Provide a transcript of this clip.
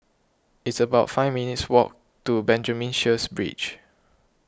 it's about five minutes' walk to Benjamin Sheares Bridge